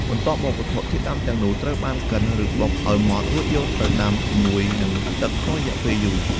បន្ទាប់មក វត្ថុធាតុដើមទាំងនោះត្រូវបានកិនឬបុកឱ្យម៉ត់រួចយកទៅដាំជាមួយនឹងទឹកក្នុងរយៈពេលយូរ។